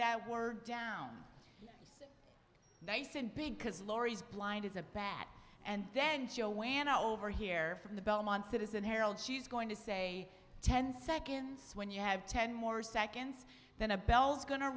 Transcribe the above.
that word down nice and big because lori's blind as a bat and then joanna over here from the belmont citizen harold she's going to say ten seconds when you have ten more seconds than a bells go